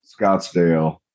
Scottsdale